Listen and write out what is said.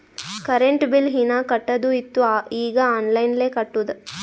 current bill ಹೀನಾ ಕಟ್ಟದು ಇತ್ತು ಈಗ ಆನ್ಲೈನ್ಲೆ ಕಟ್ಟುದ